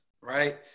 right